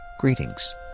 Greetings